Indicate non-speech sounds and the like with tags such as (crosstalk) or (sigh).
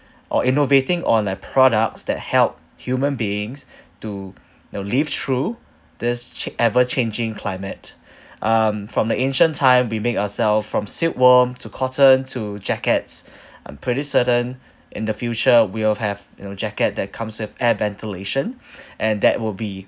or innovating on the products that help human beings (breath) to (breath) now live through this cha~ ever-changing climate (breath) um from the ancient time we make ourselves from silkworm to cotton to jackets (breath) I'm pretty certain in the future we will have you know jacket that comes with air ventilation (breath) and that will be